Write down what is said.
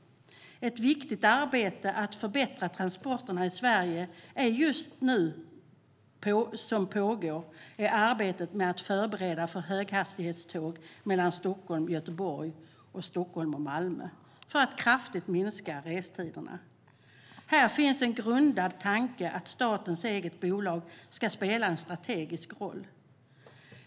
Ett viktigt arbete för att förbättra transporterna i Sverige som just nu pågår är arbetet med att förbereda för höghastighetståg mellan Stockholm och Göteborg och Stockholm och Malmö för att kraftigt minska restiderna. Här finns det en grundad tanke att statens eget bolag ska spela en strategisk roll.